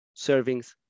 servings